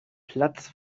platz